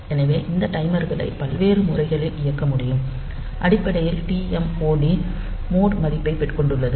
எனவே இந்த டைமர்களை பல்வேறு முறைகளில் இயக்க முடியும் அடிப்படையில் TMOD மோட் மதிப்பைக் கொண்டுள்ளது